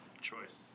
choice